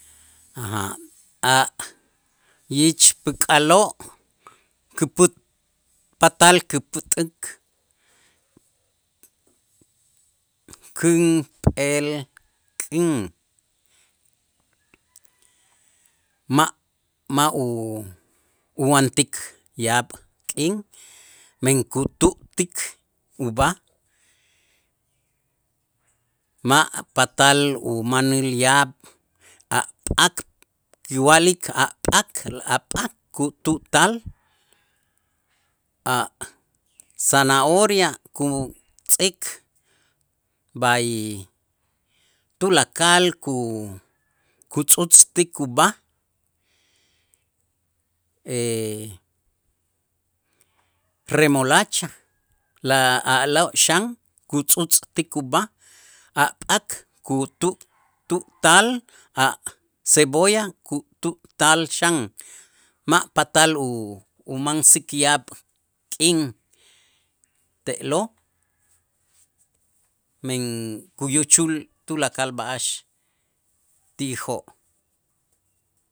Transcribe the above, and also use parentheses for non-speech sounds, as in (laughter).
(hesitation) A' ich päk'aloo' kuput patal kupät'ik känp'eel kän ma' ma' uwaantik yaab' k'in men kutu'tik ub'aj ma' patal umanil yaab' a' pak' kiwa'lik a' pak' kutu'tal a' zanahoria, kutz'ik b'ay tulakal, kutz'utztik ub'aj (hesitation) remolacha, la a'lo' xan kutz'utztik ub'aj a' p'ak, kutu' tu'tal a' cebolla kutu'tal xan ma' patal u- umansik yaab' k'in te'lo', men kuyuchul tulakal b'a'ax ti'ijoo'.